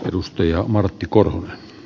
arvoisa herra puhemies